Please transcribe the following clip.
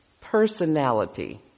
personality